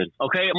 Okay